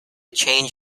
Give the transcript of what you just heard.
change